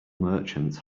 merchant